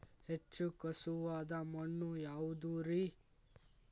ಹೆಚ್ಚು ಖಸುವಾದ ಮಣ್ಣು ಯಾವುದು ರಿ?